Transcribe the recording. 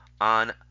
on